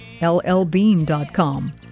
LLbean.com